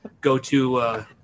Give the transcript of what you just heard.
go-to